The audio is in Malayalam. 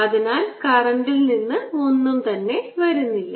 അതിനാൽ കറന്റിൽ നിന്ന് ഒന്നും തന്നെ വരുന്നില്ല